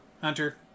Hunter